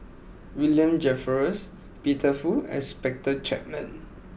William Jervois Peter Fu and Spencer Chapman